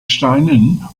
steinen